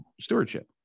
stewardship